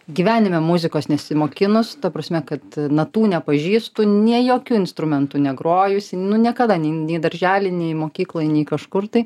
gyvenime muzikos nesimokinus ta prasme kad natų nepažįstu nė jokiu instrumentu negrojus niekada nei daržely nei mokykloj nei kažkur tai